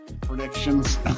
predictions